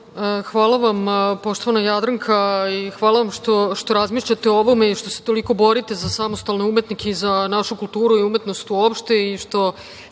vam. Hvala vam, poštovana Jadranka i hvala vam što razmišljate o ovome i što se toliko borite za samostalne umetnike i za našu kulturu i umetnost uopšte